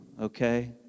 Okay